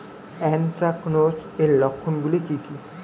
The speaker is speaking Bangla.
এ্যানথ্রাকনোজ এর লক্ষণ গুলো কি কি?